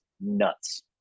nuts